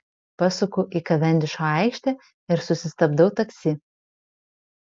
pasuku į kavendišo aikštę ir susistabdau taksi